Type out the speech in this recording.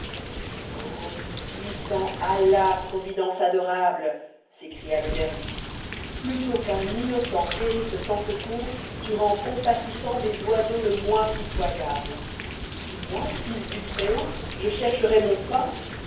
o du puissant alla providence adorable s'écria le dervis plutôt qu'un innocent périsse sans secours tu rends compatissant des oiseaux e moins pitoyable et moi fils du très-haut je chercherais mon pain